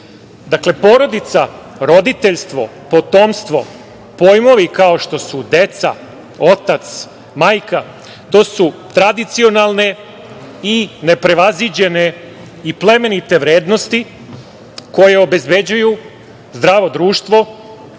porodica, roditeljstvo, potomstvo, pojmovi kao što su deca, otac, majka, to su tradicionalne i neprevaziđene i plemenite vrednosti koje obezbeđuju zdravo društvo,